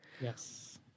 Yes